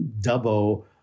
double